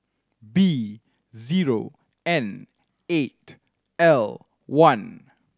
B zero N eight L one